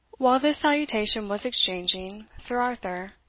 while this salutation was exchanging, sir arthur,